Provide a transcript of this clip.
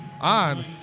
on